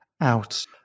out